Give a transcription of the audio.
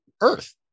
earth